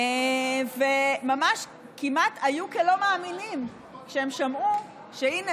וכמעט היו כלא מאמינים שהם שמעו שהינה,